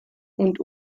und